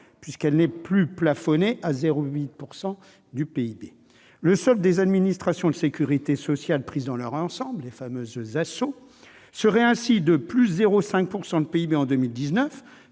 puisqu'elle n'est plus plafonnée à 0,8 % du PIB. Le solde des administrations de sécurité sociale prises dans leur ensemble, les fameuses ASSO, serait ainsi de 0,5 % du PIB en 2019,